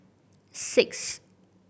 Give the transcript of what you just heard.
six